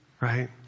right